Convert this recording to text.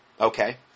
okay